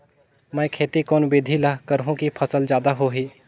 मै खेती कोन बिधी ल करहु कि फसल जादा होही